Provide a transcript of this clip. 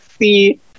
see